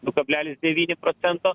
du kablelis devyni procento